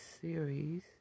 series